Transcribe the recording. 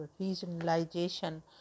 regionalization